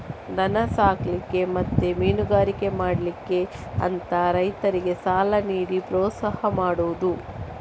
ದನ ಸಾಕ್ಲಿಕ್ಕೆ ಮತ್ತೆ ಮೀನುಗಾರಿಕೆ ಮಾಡ್ಲಿಕ್ಕೆ ಅಂತ ರೈತರಿಗೆ ಸಾಲ ನೀಡಿ ಪ್ರೋತ್ಸಾಹ ಮಾಡುದು